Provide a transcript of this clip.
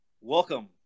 welcome